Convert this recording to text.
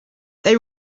they